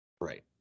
Right